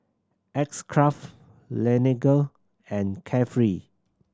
X Craft Laneige and Carefree